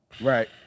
Right